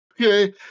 Okay